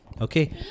Okay